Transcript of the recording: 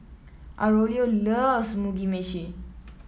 Aurelio loves Mugi Meshi